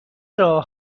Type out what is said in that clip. راه